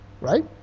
right